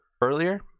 earlier